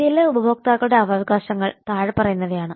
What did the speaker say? ഇന്ത്യയിലെ ഉപഭോക്താക്കളുടെ അവകാശങ്ങൾ താഴെ പറയുന്നവയാണ്